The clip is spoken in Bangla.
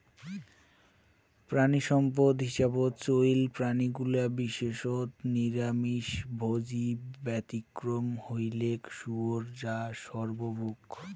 প্রাণীসম্পদ হিসাবত চইল প্রাণীগুলা বিশেষত নিরামিষভোজী, ব্যতিক্রম হইলেক শুয়োর যা সর্বভূক